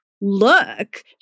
look